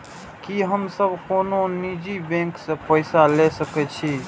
की हम सब कोनो निजी बैंक से पैसा ले सके छी?